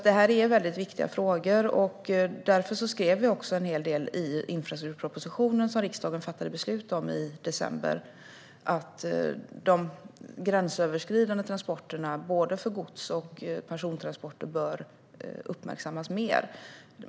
Detta är viktiga frågor, och därför skrev vi en hel del i den infrastrukturproposition som riksdagen fattade beslut om i december. De gränsöverskridande transporterna både för gods och för personer bör uppmärksammas mer.